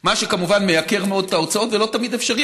מה שכמובן מעלה מאוד את ההוצאות ולא תמיד אפשרי.